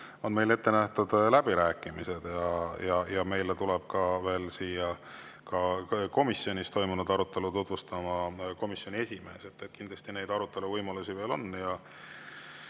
on meil ette nähtud läbirääkimised ja meile tuleb veel siia komisjonis toimunud arutelu tutvustama komisjoni esimees, nii et kindlasti neid arutelu võimalusi on.